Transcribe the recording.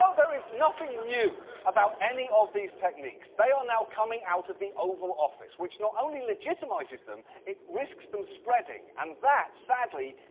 so there is nothing new about any of these techniques, they are now coming out of the oval office. which not only legitimizes them, it risks them spreading, and that, sadly,